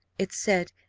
it said,